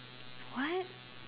what